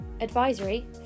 advisory